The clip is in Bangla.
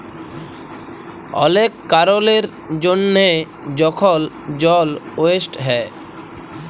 অলেক কারলের জ্যনহে যখল জল ওয়েস্ট হ্যয়